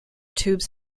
tubes